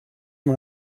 man